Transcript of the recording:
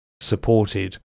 supported